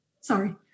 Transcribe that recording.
Sorry